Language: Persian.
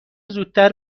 زودتر